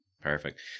Perfect